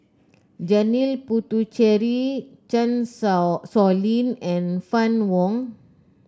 Janil Puthucheary Chan Sow Lin and Fann Wong